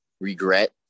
regret